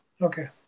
Okay